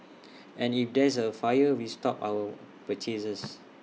and if there's A fire we stop our purchases